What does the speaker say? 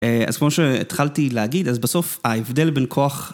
אז כמו שהתחלתי להגיד, אז בסוף ההבדל בין כוח...